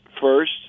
first